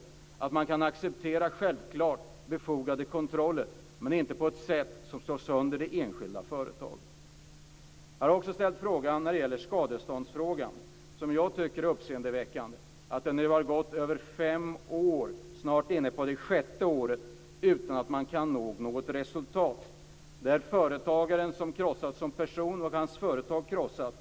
Självfallet kan man acceptera befogade kontroller, men inte på ett sätt som slår sönder det enskilda företaget. Jag har också ställt en fråga som gäller skadeståndet. Jag tycker att det är uppseendeväckande att det nu har gått över fem år - snart är vi inne på det sjätte året - utan att man kan nå något resultat. Företagaren krossas som person, och hans företag är krossat.